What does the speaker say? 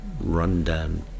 run-down